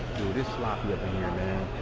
dude, it's sloppy up in here man.